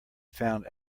found